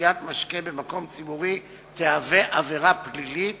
שתיית משקה במקום ציבורי תיחשב עבירה פלילית